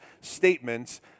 statements